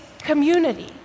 community